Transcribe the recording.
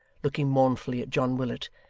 looking mournfully at john willet,